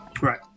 Right